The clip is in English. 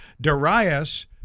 Darius